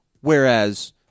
Whereas